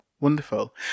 Wonderful